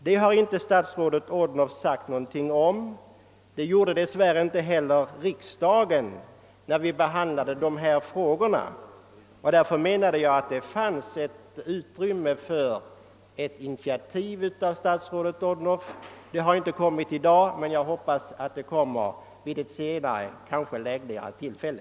Detta har inte statsrådet Odhnoff sagt något om — det gjorde dessvärre inte heller riksdagen när vi behandlade dessa frågor. Därför ansåg jag att det här fanns utrymme för ett initiativ av statsrådet Odhnoff. Det har inte kommit i dag, men jag hoppas att det kommer vid ett senare, kanske lägligare tillfälle.